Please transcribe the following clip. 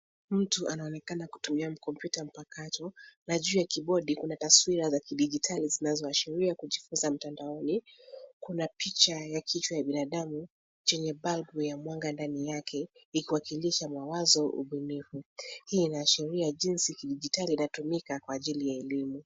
Mtu anaonekana kutumia kompyuta mpakato na juu ya kibodi kuna taswira za kidijitali zinazoashiria kujifunza mtandaoni . Kuna picha ya kichwa ya binadamu chenye balbu ya mwanga ndani yake ikiwakilisha mawazo ubunifu. Hii inaashiria jinsi kidijitali inatumika kwa ajili ya elimu.